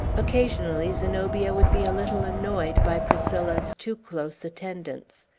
occasionally zenobia would be a little annoyed by priscilla's too close attendance.